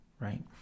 right